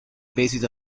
basis